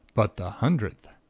but the hundredth!